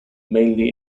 mainly